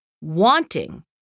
wanting